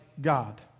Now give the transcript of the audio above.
God